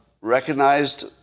recognized